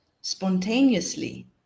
spontaneously